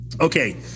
okay